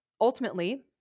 Ultimately